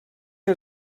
que